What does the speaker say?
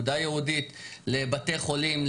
פקודה ייעודית לבתי חולים,